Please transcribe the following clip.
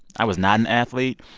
i was not an athlete.